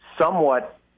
somewhat